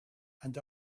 and